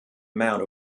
amount